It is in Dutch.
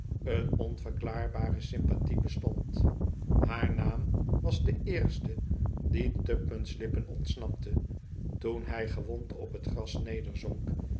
een onverklaarbare sympathie bestond haar naam was de eerste dien tupman's lippen ontsnapte toen hij gewond op het gras nederzonk